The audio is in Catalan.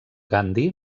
gandhi